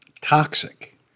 toxic